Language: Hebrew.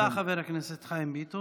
תודה, חבר הכנסת חיים ביטון.